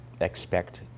expect